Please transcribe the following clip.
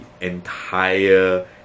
entire